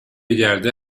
گرده